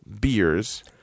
beers